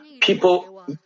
people